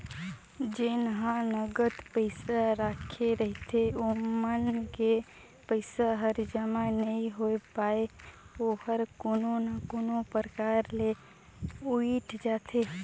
जेन ह नगद पइसा राखे रहिथे ओमन के पइसा हर जमा नइ होए पाये ओहर कोनो ना कोनो परकार ले उइठ जाथे